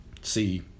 see